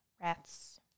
Rats